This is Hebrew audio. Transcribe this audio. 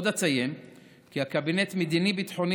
עוד אציין כי הקבינט המדיני-ביטחוני